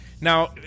Now